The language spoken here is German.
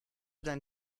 dein